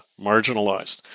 marginalized